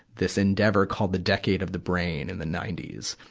this endeavor called the decade of the brain in the ninety s.